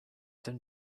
then